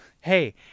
hey